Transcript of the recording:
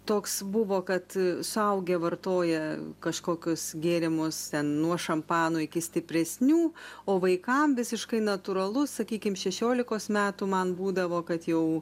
toks buvo kad suaugę vartoja kažkokius gėrimus ten nuo šampano iki stipresnių o vaikam visiškai natūralu sakykim šešiolikos metų man būdavo kad jau